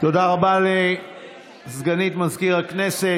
תודה רבה לסגנית מזכיר הכנסת.